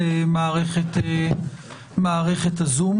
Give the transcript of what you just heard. הן את חדר הוועדה והן את מערכת הזום,